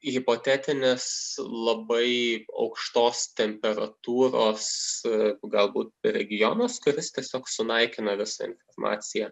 hipotetinis labai aukštos temperatūros su galbūt regionas kuris tiesiog sunaikina visą informaciją